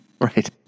Right